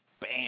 bam